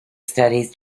studies